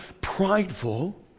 prideful